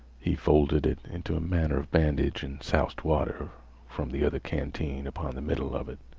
he folded it into a manner of bandage and soused water from the other canteen upon the middle of it.